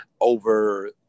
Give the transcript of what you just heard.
over